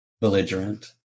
belligerent